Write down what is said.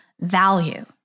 value